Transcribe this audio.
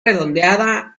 redondeada